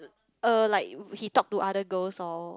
uh like he talk to other girls lor